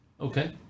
Okay